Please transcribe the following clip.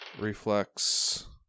Reflex